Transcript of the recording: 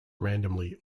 randomly